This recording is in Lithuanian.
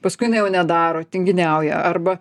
paskui jin jau nedaro tinginiauja arba